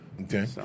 Okay